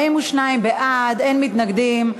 42 בעד, אין מתנגדים.